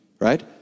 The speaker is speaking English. right